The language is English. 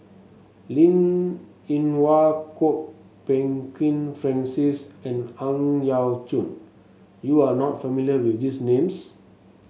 Linn In Hua Kwok Peng Kin Francis and Ang Yau Choon You are not familiar with these names